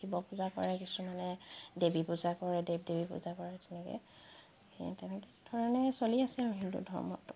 শিৱ পূজা কৰে কিছুমানে দেৱী পূজা কৰে দেৱ দেৱী পূজা কৰে তেনেকে ধৰণে চলি আছে আৰু হিন্দু ধৰ্মত